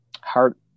hard